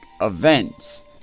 events